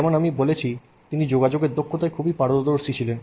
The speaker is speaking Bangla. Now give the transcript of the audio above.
যেমন আমি বলেছি তিনি যোগাযোগের দক্ষতায় খুবই পারদর্শী ছিলেন